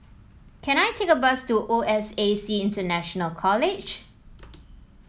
can I take a bus to O S A C International College